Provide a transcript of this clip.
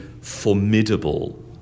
formidable